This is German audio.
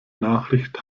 nachricht